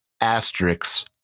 asterisks